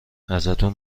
ازتون